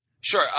Sure